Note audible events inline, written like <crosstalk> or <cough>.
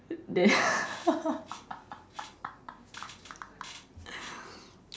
then <laughs>